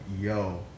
Yo